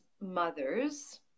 mothers